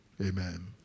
Amen